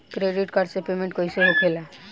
Credit card से payment कईसे होखेला?